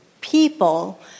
people